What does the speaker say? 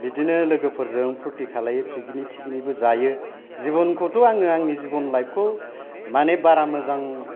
बिदिनो लोगोफोरजों फुरति खालामो पिकनिक थिगिनिबो जायो लोगोफोरजों जिबनखौथ' आङो आंनि जिबन लाइफ खौ माने बारा मोजां